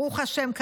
ברוך השם,